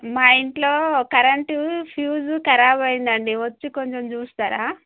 మా ఇంట్లో current fuse ఖరాబ్ అయ్యిందండి వచ్చి కొంచెం చూస్తారా